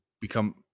become